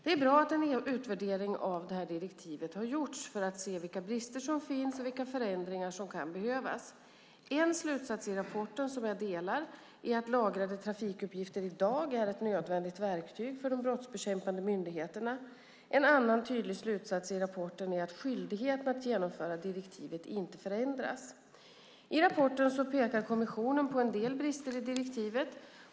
Det är bra att en utvärdering av det här direktivet har gjorts för att se vilka brister som finns och vilka förändringar som kan behövas. En slutsats i rapporten, som jag delar, är att lagrade trafikuppgifter i dag är ett nödvändigt verktyg för de brottsbekämpande myndigheterna. En annan tydlig slutsats i rapporten är att skyldigheten att genomföra direktivet inte förändras. I rapporten pekar kommissionen på en del brister i direktivet.